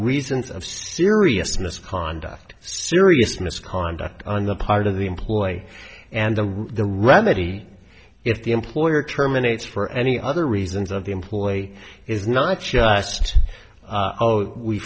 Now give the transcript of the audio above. reasons of serious misconduct serious misconduct on the part of the employee and the remedy if the employer terminates for any other reasons of the employee is not just oh we